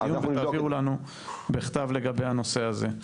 ותעבירו לנו בכתב לגבי הנושא הזה.